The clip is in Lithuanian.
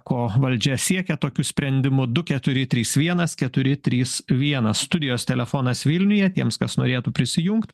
ko valdžia siekia tokiu sprendimu du keturi trys vienas keturi trys vienas studijos telefonas vilniuje tiems kas norėtų prisijungt